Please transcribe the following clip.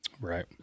Right